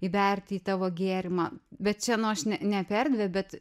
įberti į tavo gėrimą bet čia nu aš ne ne apie erdvę bet